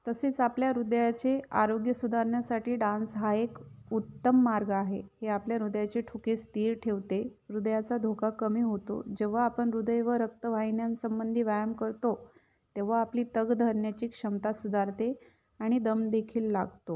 तसेच आपल्या हृदयाचे आरोग्य सुधारण्यासाठी डान्स हा एक उत्तम मार्ग आहे हे आपल्या हृदयाचे ठोके स्थिर ठेवते हृदयाचा धोका कमी होतो जेव्हा आपण हृदय व रक्तवाहिन्यांसंबंधी व्यायाम करतो तेव्हा आपली तग धरण्याची क्षमता सुधारते आणि दमदेखील लागतो